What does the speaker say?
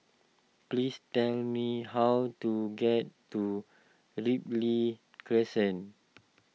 please tell me how to get to Ripley Crescent